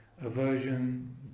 Aversion